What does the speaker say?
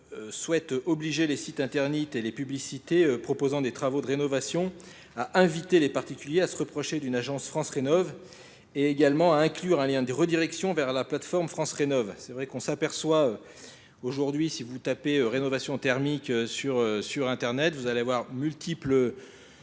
souhaite obliger les sites internites et les publicités proposant des travaux de rénovation à inviter les particuliers à se reprocher d'une agence France Rénov'et également à inclure un lien de redirection vers la plateforme France Rénov'. C'est vrai qu'on s'aperçoit Aujourd'hui, si vous tapez « rénovation thermique » sur Internet, vous allez voir multiples